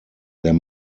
there